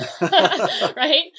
right